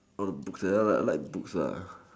orh the books ya lah like books ah